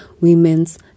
Women's